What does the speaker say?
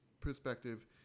perspective